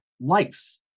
life